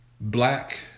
black